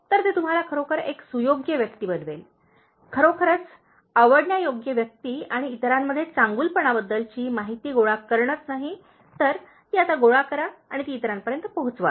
तर ते तुम्हाला खरोखर एक सुयोग्य व्यक्ती बनवेल खरोखरच आवडण्यायोग्य व्यक्ती आणि इतरांमध्ये चांगुलपणाबद्दलची ही माहिती गोळा करणेच नाही तर ती आता गोळा करा आणि ती इतरांपर्यंत पोहोचवा